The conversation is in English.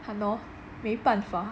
!hannor! 没办法